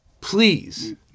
please